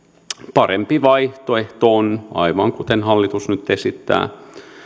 parempi vaihtoehto aivan kuten hallitus nyt esittää